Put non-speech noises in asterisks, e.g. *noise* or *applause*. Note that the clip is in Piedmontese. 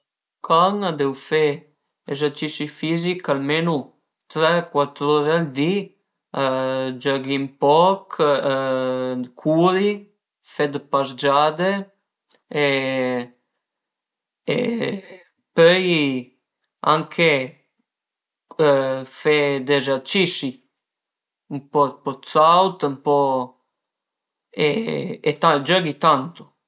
Alura ën can a deu fe esercisi fisich almenu tre cuatr'ure al di, giöghi ën poch *hesitation* curi, fe dë pasegiade *hesitation* e pöi anche fe d'esercisi, ën po d'saut ën po e giöghi tantu